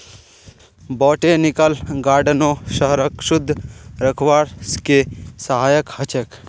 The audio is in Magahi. बोटैनिकल गार्डनो शहरक शुद्ध रखवार के सहायक ह छेक